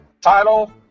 Title